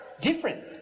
different